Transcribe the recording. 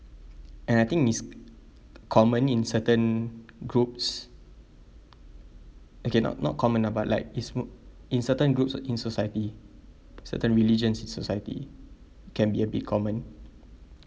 and I think is common in certain groups okay not not common ah but like is mo~ in certain groups or in society certain religions in society can be a bit common